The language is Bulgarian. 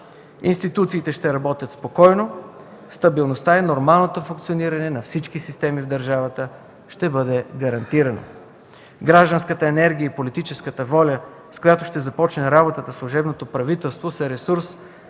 Институциите ще работят спокойно. Стабилността и нормалното функциониране на всички системи в държавата ще бъдат гарантирани. Гражданската енергия и политическата воля, с които ще започне работа служебното правителство, са ресурсът,